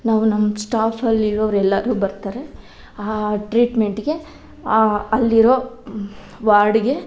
ನಾವು ನಮ್ಮ ಸ್ಟಾಫಲ್ಲಿರೋರು ಎಲ್ಲರು ಬರ್ತಾರೆ ಆ ಟ್ರೀಟ್ಮೆಂಟ್ಗೆ ಅಲ್ಲಿರೊ ವಾರ್ಡ್ಗೆ